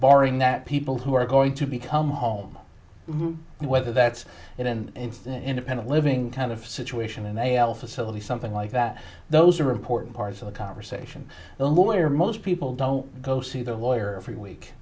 barring that people who are going to become home whether that's it in an independent living kind of situation and they all facilities something like that those are important parts of the conversation the lawyer most people don't go see their lawyer every week